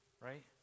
right